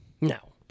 No